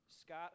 Scott